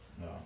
No